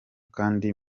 kandi